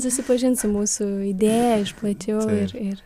susipažint su mūsų idėja iš plačiau ir ir